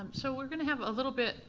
um so we're gonna have a little bit,